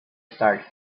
start